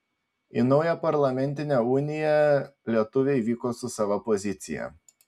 į naują parlamentinę uniją lietuviai vyko su sava pozicija